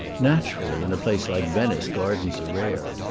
naturally in a place like venice gardens are rare.